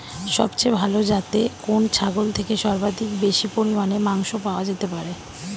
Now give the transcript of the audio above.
সবচেয়ে ভালো যাতে কোন ছাগল থেকে সর্বাধিক বেশি পরিমাণে মাংস পাওয়া যেতে পারে?